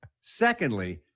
Secondly